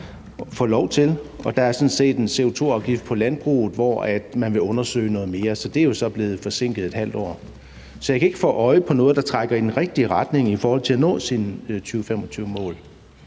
og at der sådan set er en CO2-afgift på landbruget, hvor man vil undersøge noget mere, så det er jo så blevet forsinket et halvt år. Så jeg kan ikke få øje på noget, der trækker i den rigtige retning i forhold til at nå sine 2025-mål.